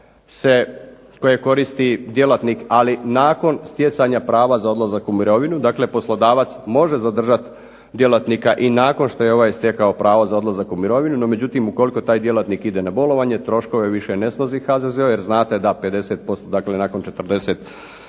koje koristi djelatnik, ali nakon stjecanja prava za odlazak u mirovinu. Dakle, poslodavac može zadržati djelatnika i nakon što je ovaj stekao pravo za odlazak u mirovinu. No međutim, ukoliko taj djelatnik ide na bolovanje troškove više ne snosi HZZO, jer znate da 50%, dakle nakon 42